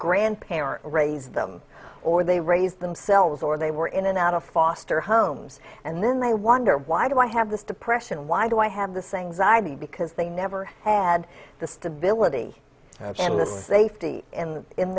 grandparent raise them or they raise themselves or they were in and out of foster homes and then they wonder why do i have this depression why do i have the sayings i be because they never had the stability and the safety and in